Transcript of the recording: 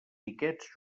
xiquets